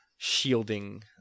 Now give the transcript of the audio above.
Shielding